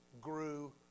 grew